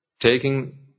taking